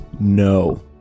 No